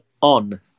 on